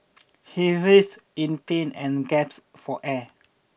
he writhed in pain and gasped for air